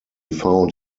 found